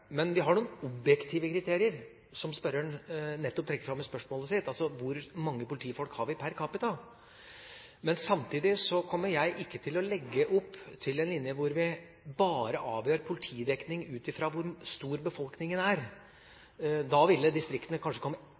Vi har noen objektive kriterier, som spørreren nettopp trekker fram i spørsmålet sitt: Hvor mange politifolk har vi per capita? Samtidig kommer jeg ikke til å legge opp til en linje hvor vi avgjør politidekning bare ut fra hvor stor befolkningen er. Da ville distriktene kanskje komme